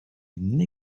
une